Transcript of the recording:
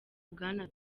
bwana